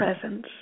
presence